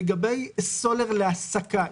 לגבי סולר להסקה,